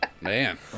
Man